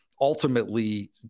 ultimately